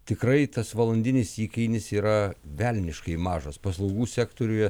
tikrai tas valandinis įkainis yra velniškai mažas paslaugų sektoriuje